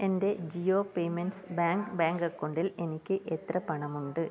എൻ്റെ Jio payments bank bank അക്കൗണ്ടിൽ എനിക്ക് എത്ര പണമുണ്ട്